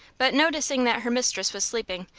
but noticing that her mistress was sleeping,